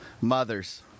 mothers